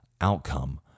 outcome